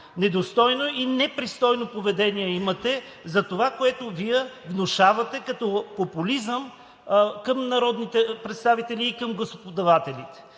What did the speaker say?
Недостойно и непристойно поведение имате за това, което Вие внушавате като популизъм към народните представители и към гласоподавателите!